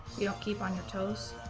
you don't keep on your toes